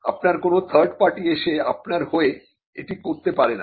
আপনার কোন third party এসে আপনার হয়ে এটি করতে পারে না